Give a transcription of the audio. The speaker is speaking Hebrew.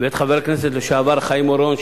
ואת חבר הכנסת לשעבר חיים אורון,